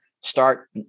start